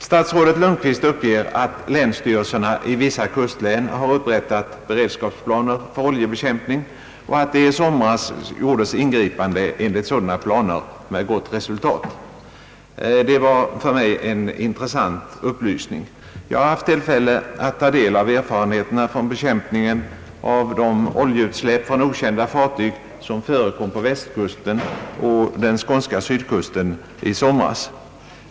Statsrådet Lundkvist uppger att länsstyrelserna i vissa kustlän har upprättat beredskapsplaner för oljebekämpning och att det i somras gjordes ingripanden enligt sådana planer med gott resultat. Det var för mig en intressant upplysning. Jag har haft tillfälle att ta del av erfarenheterna från bekämpningen av de oljeutsläpp från okända fartyg som förekom på västkusten "och på den skånska sydkusten i somras.